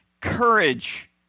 courage